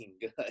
good